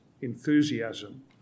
Enthusiasm